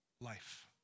life